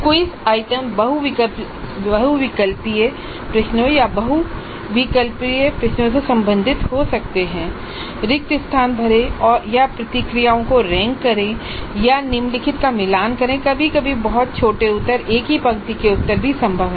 प्रश्नोत्तरी आइटम बहुविकल्पीय प्रश्नों या बहुविकल्पीय प्रश्नों से संबंधित हो सकते हैं रिक्त स्थान भरें या प्रतिक्रियाओं को रैंक करें या निम्नलिखित का मिलान करें कभी कभी बहुत छोटे उत्तर एक ही पंक्ति के उत्तर भी संभव हैं